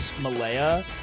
Malaya